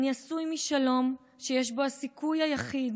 / אני עשוי משלום שיש בו הסיכוי היחיד